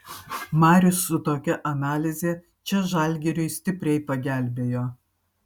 marius su tokia analize čia žalgiriui stipriai pagelbėjo